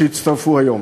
שהצטרפו היום.